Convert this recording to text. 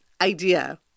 idea